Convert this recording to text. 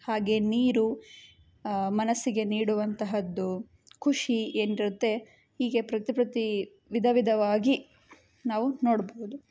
ಹಾಗೇ ನೀರು ಮನಸ್ಸಿಗೆ ನೀಡುವಂತಹದ್ದು ಖುಷಿ ಏನಿರುತ್ತೆ ಹೀಗೆ ಪ್ರತಿ ಪ್ರತೀ ವಿಧ ವಿಧವಾಗಿ ನಾವು ನೋಡಬಹುದು